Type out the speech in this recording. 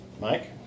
Mike